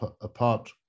apart